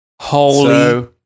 Holy